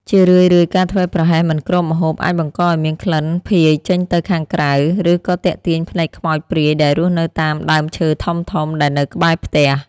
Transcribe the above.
ជារឿយៗការធ្វេសប្រហែសមិនគ្របម្ហូបអាចបង្កឱ្យមានក្លិនភាយចេញទៅខាងក្រៅ ឬក៏ទាក់ទាញភ្នែកខ្មោចព្រាយដែលរស់នៅតាមដើមឈើធំៗដែលនៅក្បែរផ្ទះ។